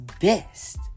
best